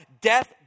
Death